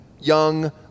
young